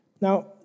Now